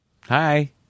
Hi